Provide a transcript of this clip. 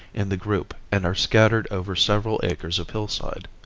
in the group and are scattered over several acres of hillside.